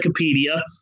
Wikipedia